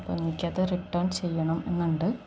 അപ്പോള് എനിക്കത് റിട്ടേൺ ചെയ്യണം എന്നുണ്ട്